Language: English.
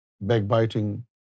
backbiting